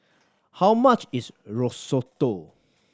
how much is Risotto